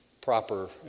proper